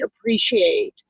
appreciate